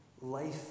life